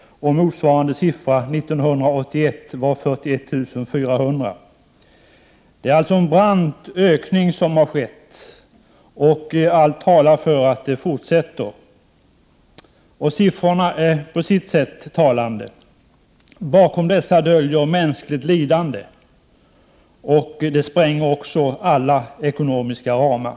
Motsvarande antal 1981 var 41 400. Det har alltså skett en brant ökning. Allt talar för att detta fortsätter. Siffrorna är på sitt sätt talande. Bakom dessa döljer sig mänskligt lidande, och det spränger alla ekonomiska ramar.